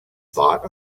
thought